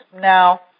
Now